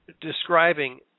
describing